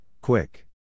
Quick